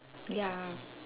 ya